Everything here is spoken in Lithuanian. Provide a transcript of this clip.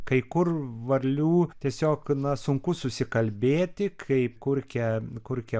kai kur varlių tiesiog na sunku susikalbėti kaip kurkia kurkia